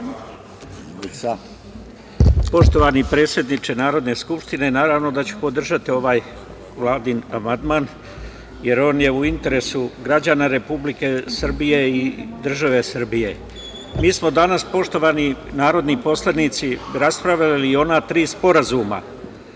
Poštovani predsedniče Narodne skupštine, naravno da ću podržati ovaj Vladin amandman, jer on je u interesu građana Republike Srbije i države Srbije. Mi smo danas, poštovani narodni poslanici, raspravljali i ona tri sporazuma